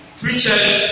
preachers